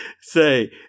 Say